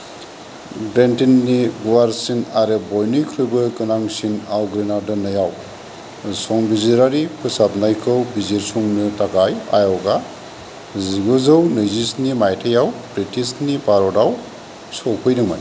बेन्टेननि गुवारसिन आरो बयनिख्रुयबो गोनांसिन आवग्रिना दोन्नायाव संबिजिरारि फोसाबनायखौ बिजिरसंनो थाखाय आय'गा जिगुजौ नैजिस्नि माइथायाव ब्रिटिशनि भारताव सौफैदोंमोन